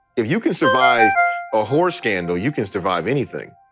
if you can survive a horror scandal, you can survive anything.